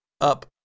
up